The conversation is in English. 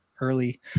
early